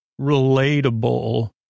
relatable